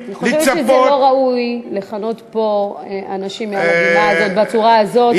אני חושבת שזה לא ראוי לכנות פה אנשים על הבמה הזאת בצורה הזאת,